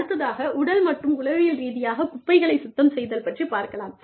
அடுத்ததாக உடல் மற்றும் உளவியல் ரீதியாக குப்பைகளை சுத்தம் செய்தல் பற்றிப் பார்க்கலாம்